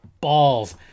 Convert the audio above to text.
balls